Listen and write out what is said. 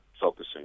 focusing